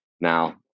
Now